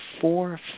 four